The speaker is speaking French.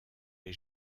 les